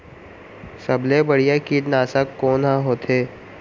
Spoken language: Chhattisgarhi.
सबले बढ़िया कीटनाशक कोन ह होथे?